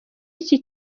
iki